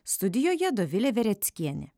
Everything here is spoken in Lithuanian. studijoje dovilė vereckienė